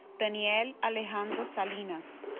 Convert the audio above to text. daniel alejandro salinas